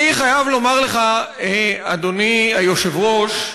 אני חייב לומר לך, אדוני היושב-ראש,